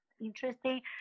interesting